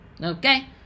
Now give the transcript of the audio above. Okay